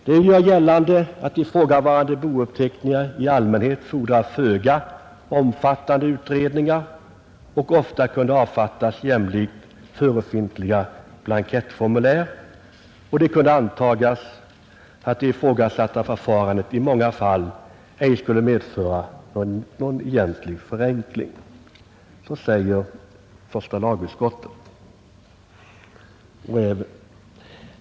Man gör gällande att ifrågavarande bouppteckningar i allmänhet fordrar föga omfattande utredningar och ofta kunde avfattas jämlikt förefintliga blankettformulär och det kunde antagas att det ifrågasatta förfarandet i många fall ej skulle medföra någon egentlig förenkling. Så säger lagutskottet.